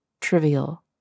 trivial